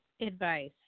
advice